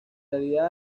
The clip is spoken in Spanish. realidad